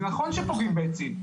זה נכון שפוגעים בעצים,